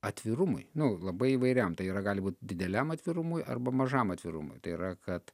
atvirumui nu labai įvairiam tai yra gali būt dideliam atvirumui arba mažam atvirumui tai yra kad